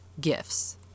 gifts